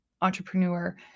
entrepreneur